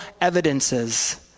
evidences